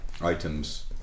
items